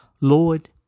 Lord